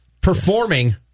performing